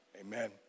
amen